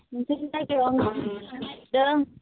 नोंसोरनि जागायाव आं नाहैनोसो थांनो नागिरदों